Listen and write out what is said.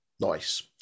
Nice